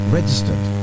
registered